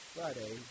Friday